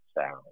sound